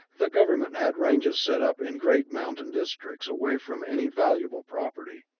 the government had ranges set up in great mountain districts away from any valuable property,